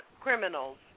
criminals